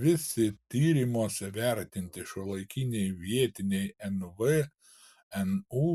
visi tyrimuose vertinti šiuolaikiniai vietiniai nvnu